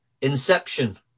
inception